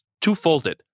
twofolded